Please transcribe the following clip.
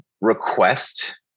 request